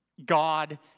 God